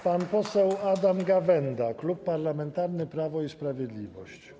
Pan poseł Adam Gawęda, Klub Parlamentarny Prawo i Sprawiedliwość.